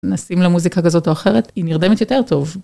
נשים לה מוזיקה כזאת או אחרת, היא נרדמת יותר טוב.